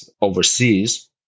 overseas